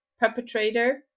perpetrator